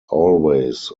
always